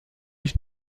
ich